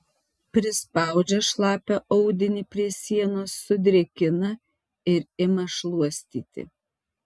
prispaudžia šlapią audinį prie sienos sudrėkina ir ima šluostyti